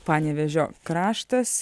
panevėžio kraštas